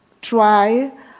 try